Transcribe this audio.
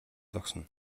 зогсоно